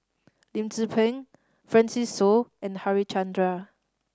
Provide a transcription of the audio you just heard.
Lim Tze Peng Francis Seow and Harichandra